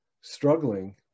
struggling